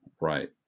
Right